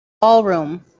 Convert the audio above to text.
ballroom